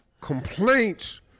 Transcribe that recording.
complaints